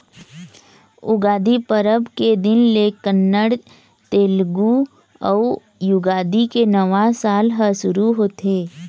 उगादी परब के दिन ले कन्नड़, तेलगु अउ युगादी के नवा साल ह सुरू होथे